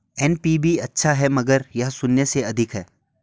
NPV अच्छा है अगर यह शून्य से अधिक है